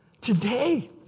Today